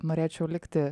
norėčiau likti